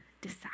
decide